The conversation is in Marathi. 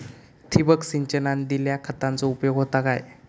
ठिबक सिंचनान दिल्या खतांचो उपयोग होता काय?